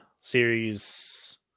Series